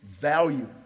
value